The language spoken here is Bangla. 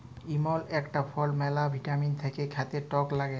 ইমল ইকটা ফল ম্যালা ভিটামিল থাক্যে খাতে টক লাগ্যে